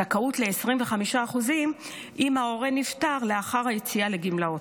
הזכאות ל-25% חלה אם ההורה נפטר לאחר היציאה לגמלאות.